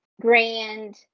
grand